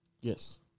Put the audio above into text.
Yes